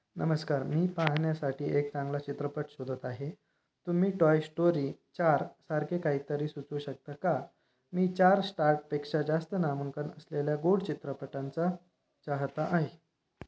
नमस्कार मी पाहण्यासाठी एक चांगला चित्रपट शोधत आहे तुम्ही टॉय स्टोरी चार सारखे काहीतरी सुचवू शकता का मी चार स्टार्टपेक्षा जास्त मानांकन असलेल्या गूढ चित्रपटांचा चाहता आहे